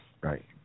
Right